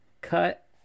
cut